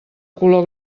color